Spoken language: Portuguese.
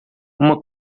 uma